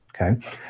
Okay